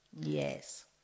Yes